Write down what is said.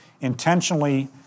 intentionally